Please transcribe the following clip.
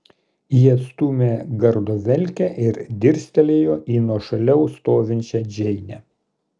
ji atstūmė gardo velkę ir dirstelėjo į nuošaliau stovinčią džeinę